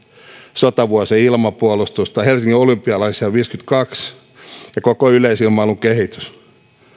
sotavuosien ilmapuolustusta helsingin olympialaisia viisikymmentäkaksi ja koko yleisilmailun kehitystä